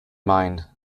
mind